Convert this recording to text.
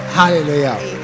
hallelujah